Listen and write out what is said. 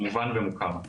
מובן ומוכר.